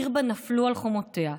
עיר שנפלו על חומותיה,